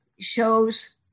shows